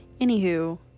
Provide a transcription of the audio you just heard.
anywho